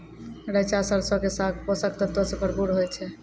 रैचा सरसो के साग पोषक तत्वो से भरपूर होय छै